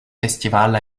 festivals